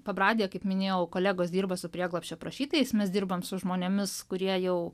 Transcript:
pabradėje kaip minėjau kolegos dirba su prieglobsčio prašytojais mes dirbam su žmonėmis kurie jau